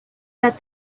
that